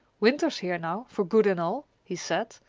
winter is here now, for good and all, he said,